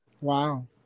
Wow